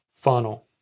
funnel